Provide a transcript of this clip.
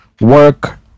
work